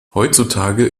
heutzutage